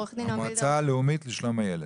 מהמועצה הלאומית לשלום הילד.